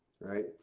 right